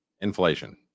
inflation